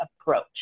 approach